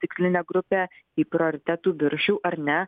tikslinę grupę į prioritetų viršų ar ne